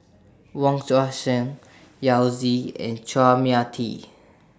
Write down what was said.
Wong Tuang Seng Yao Zi and Chua Mia Tee